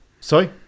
Sorry